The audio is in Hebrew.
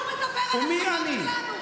ומי אני,